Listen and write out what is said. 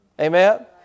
Amen